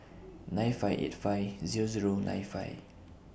nine five eight five Zero Zero nine five